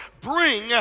bring